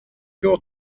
your